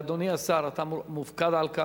אדוני השר, אתה מופקד על כך.